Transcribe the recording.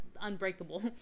unbreakable